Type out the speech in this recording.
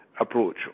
approach